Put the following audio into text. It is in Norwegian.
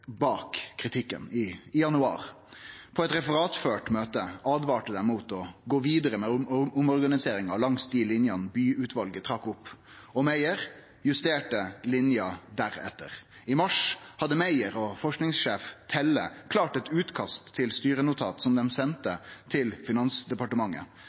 bak kritikken, i januar. På eit referatført møte åtvara dei mot å gå vidare med omorganiseringa langs dei linjene Bye-utvalet trekte opp. Og Meyer justerte linja deretter. I mars hadde Meyer og forskingssjef Telle klart eit utkast til styrenotat, som dei